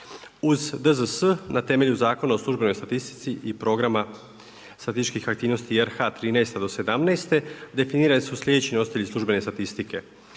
Uz DZS, na temelju Zakona o službenoj statistici i programa statističkih aktivnosti RH 2013. do 2017. definirane su sljedeći nositelji službene statistike,